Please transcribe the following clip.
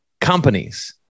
companies